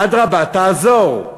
אדרבה, תעזור.